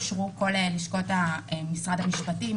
אושרו על ידי לשכות משרד המשפטים,